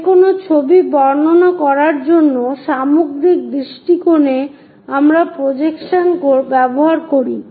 যেকোনো ছবি বর্ণনা করার জন্য সামগ্রিক দৃষ্টিকোণে আমরা প্রজেকশন ব্যবহার করি